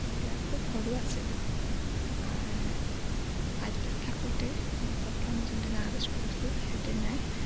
তেতিয়া খুব সৰু আছিলোঁ আৰ্টত থাকোঁতে মই প্ৰথম যোনদিনা আৰ্ট স্কুল গৈছিলোঁ সেইদিনাই